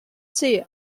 zeh